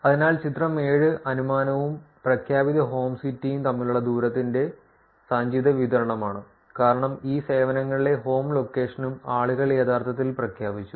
അതിനാൽ ചിത്രം 7 അനുമാനവും പ്രഖ്യാപിത ഹോം സിറ്റിയും തമ്മിലുള്ള ദൂരത്തിന്റെ സഞ്ചിത വിതരണമാണ് കാരണം ഈ സേവനങ്ങളിലെ ഹോം ലൊക്കേഷനും ആളുകൾ യഥാർത്ഥത്തിൽ പ്രഖ്യാപിച്ചു